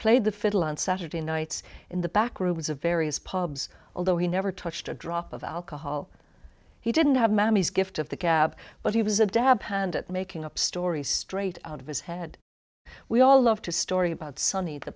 played the fiddle on saturday nights in the back rooms of various pubs although he never touched a drop of alcohol he didn't have mommy's gift of the gab but he was a dab hand at making up stories straight out of his head we all love to story about sonny the